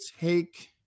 take